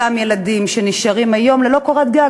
אותם ילדים שנשארים היום ללא קורת גג.